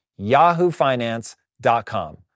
yahoofinance.com